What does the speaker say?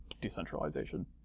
decentralization